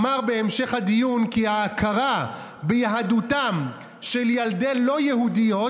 אמר בהמשך הדיון כי "ההכרה ביהדותם של ילדי לא-יהודיות